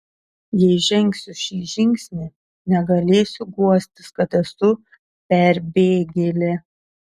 jei žengsiu šį žingsnį negalėsiu guostis kad esu perbėgėlė